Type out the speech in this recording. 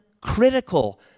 critical